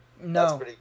no